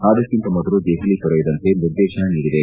ಅದಕ್ಕಿಂತ ಮೊದಲು ದೆಹಲಿ ತೊರೆಯದಂತೆ ನಿರ್ದೇಶನ ನೀಡಿದೆ